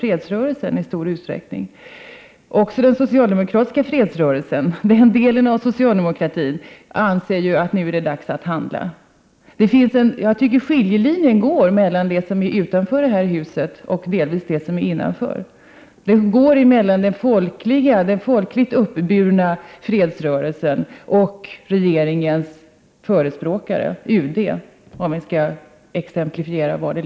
Också den del av socialdemokratin som tillhör fredsrörelsen anser att tiden nu är mogen för att handla. Skiljelinjen går möjligen mellan dem som är utanför och dem som är i detta hus. Den går mellan dem som tillhör den folkligt uppburna fredsrörelsen och regeringens företrädare — låt oss säga UD.